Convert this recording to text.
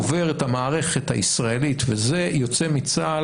הוא עובר את המערכת הישראלית ויוצא מצה"ל